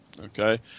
okay